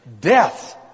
death